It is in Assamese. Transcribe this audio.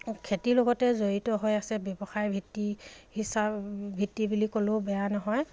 খেতিৰ লগতে জড়িত হৈ আছে ব্যৱসায়ভিত্তিক হিচাপ ভিত্তি বুলি ক'লেও বেয়া নহয়